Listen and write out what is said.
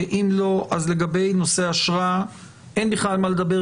אם לא, לגבי נושאי אשרה אין בכלל מה לדבר.